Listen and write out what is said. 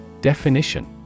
Definition